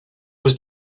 was